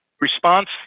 Response